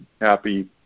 happy